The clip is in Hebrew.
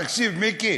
תקשיב, מיקי,